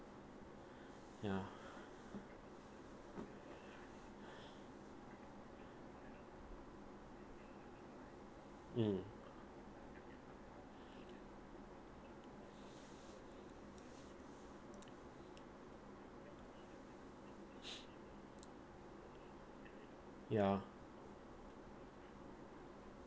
ya mm ya